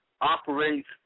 operates